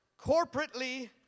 corporately